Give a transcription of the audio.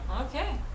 Okay